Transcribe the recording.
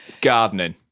Gardening